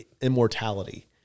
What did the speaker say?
immortality